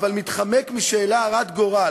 אבל מתחמק משאלה הרת גורל,